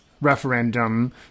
referendum